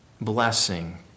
blessing